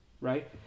right